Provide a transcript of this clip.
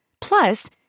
Plus